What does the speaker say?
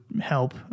help